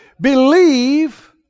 believe